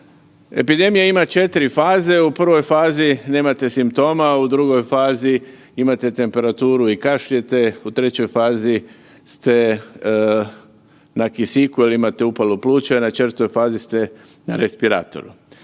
Epidemija ima 4 faze, u prvoj fazi nemate simptoma, a u drugoj fazi imate temperaturu i kašljete, u trećoj fazi ste na kisiku jer imate upalu pluća, na četvrtoj fazi ste na respiratoru.